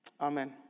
Amen